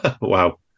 Wow